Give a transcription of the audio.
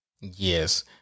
Yes